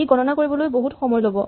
ইগণনা কৰিবলৈ বহুত সময় ল'ব